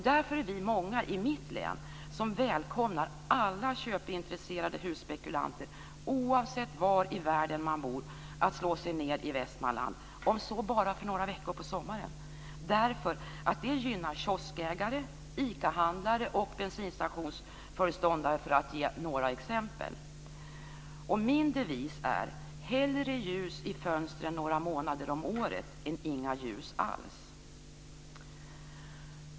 Därför är vi många i mitt län som välkomnar alla köpintresserade husspekulanter, oavsett var i världen de bor, att slå sig ner i Västmanland om så bara för några veckor på sommaren, därför att det gynnar kioskägare, ICA-handlare och bensinstationsföreståndare, för att ge några exempel. Och min devis är: Hellre ljus i fönstren några månader om året än inga ljus alls.